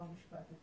חוקה ומשפט,